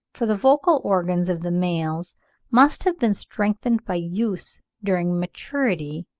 for the vocal organs of the males must have been strengthened by use during maturity,